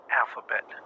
alphabet